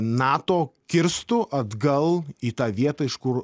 nato kirstų atgal į tą vietą iš kur